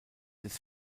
des